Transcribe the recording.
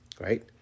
right